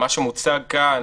מה שמוצג כאן,